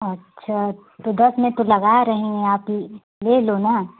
अच्छा तो दस में तो लगा रहे हैं आप ले लो ना